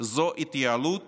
זאת התייעלות